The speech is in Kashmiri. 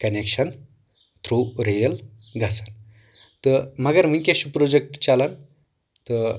کنٮ۪کشن تھٔروٗ ریل گژھان تہٕ مگر وُنکیٚس چھُ پروجٮ۪کٹ چلان تہٕ